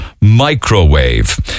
microwave